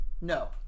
No